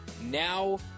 Now